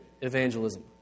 evangelism